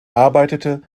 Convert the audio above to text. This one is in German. arbeitete